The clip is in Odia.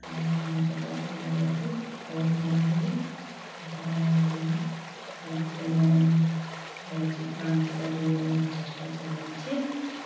ଆଉ ଛୋଟ ଥିଲା ବେଳକୁ ଦଉ ନଥିଲେ ଏବେ ଆଉ ନାହିଁ ଆଗକୁ ମୁଁ ବହୁତ ଚିତ୍ର ଆଙ୍କିପାରିବି ବୋଲି ମୁଁ ଚେଷ୍ଟା ଚଲେଇଛି